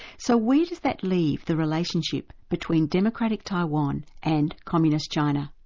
so where does that leave the relationship between democratic taiwan and communist china?